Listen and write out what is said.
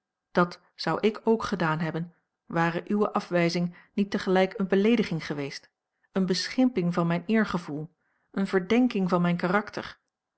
dat zou ik ook gedaan hebben ware uwe afwijzing niet tegelijk eene beleediging geweest eene beschimping van mijn eergevoel eene verdenking van mijn karakter